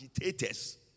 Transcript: agitators